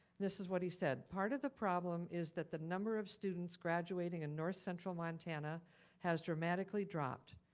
this is what he said. part of the problem is that the number of students graduating in north central montana has dramatically dropped.